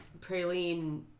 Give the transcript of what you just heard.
Praline